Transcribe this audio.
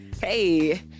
Hey